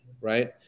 right